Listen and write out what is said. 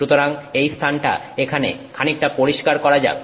সুতরাং এই স্থানটা এখানে খানিকটা পরিষ্কার করা যাক